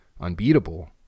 unbeatable